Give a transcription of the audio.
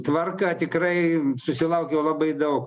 tvarką tikrai susilaukiau labai daug